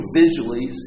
visually